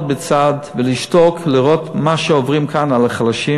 בצד ולשתוק, לראות מה שעוברים פה החלשים,